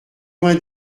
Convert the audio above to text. vingt